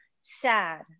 sad